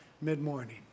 mid-morning